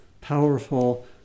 powerful